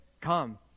Come